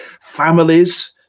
families